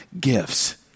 gifts